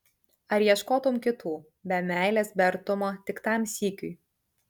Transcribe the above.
ar ieškotum kitų be meilės be artumo tik tam sykiui